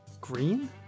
green